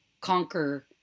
conquer